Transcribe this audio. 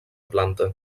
planta